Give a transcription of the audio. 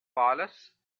paulus